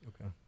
Okay